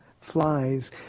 flies